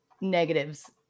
negatives